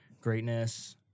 greatness